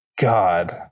God